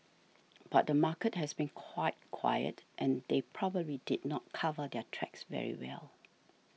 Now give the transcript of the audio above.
but the market has been quite quiet and they probably did not cover their tracks very well